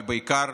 אבל בעיקר